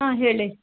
ಆಂ ಹೇಳಿ